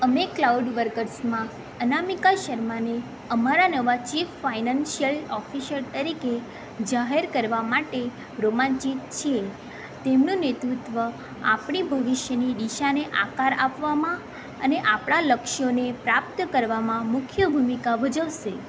અમે ક્લાઉડવર્ક્સમાં અનામિકા શર્માને અમારા નવાં ચીફ ફાઇનાન્સિયલ ઓફિસર તરીકે જાહેર કરવા માટે રોમાંચિત છીએ તેમનું નેતૃત્ત્વ આપણી ભવિષ્યની દિશાને આકાર આપવામાં અને આપણાં લક્ષ્યોને પ્રાપ્ત કરવામાં મુખ્ય ભૂમિકા ભજવશે